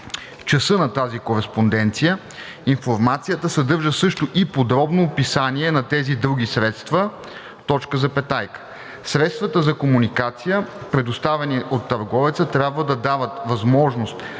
часа на тази кореспонденция, информацията съдържа също и подробно описание на тези други средства; средствата за комуникация, предоставени от търговеца, трябва да дават възможност